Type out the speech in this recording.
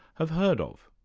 have heard of?